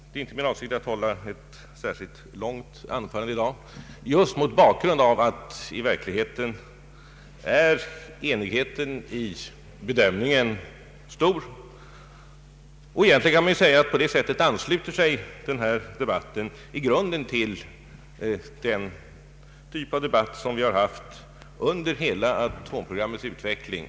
Det är inte min avsikt att hålla ett särskilt långt anförande i dag, just mot bakgrund av att enigheten i bedömningen i verkligheten är stor. Man kan säga att denna debatt på det sättet i grunden ansluter sig till den typ av debatter som vi haft under hela atomprogrammets utveckling.